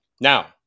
Now